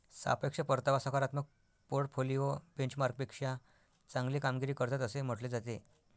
सापेक्ष परतावा सकारात्मक पोर्टफोलिओ बेंचमार्कपेक्षा चांगली कामगिरी करतात असे म्हटले जाते